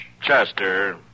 Chester